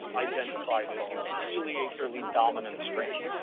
i tend to find this as really a fairly dominant strain.